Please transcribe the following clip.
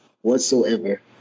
whatsoever